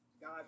God